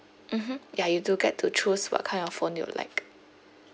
mmhmm ya you do get to choose what kind of phone you would like